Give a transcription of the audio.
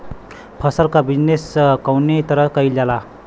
फसल क बिजनेस कउने तरह कईल जाला?